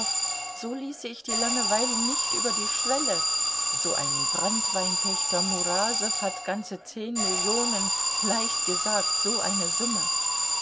so ließe ich die langweile nicht über die schwelle so ein branntweinpächter murasow hat ganze zehn millionen leicht gesagt so eine summe